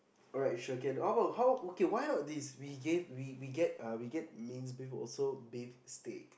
alright so okay how about how okay why not this we gave we get a mined beef also beef steak